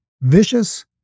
vicious